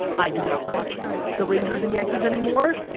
i do not watch the rangers and yankees anymore.